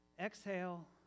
exhale